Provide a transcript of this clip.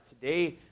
Today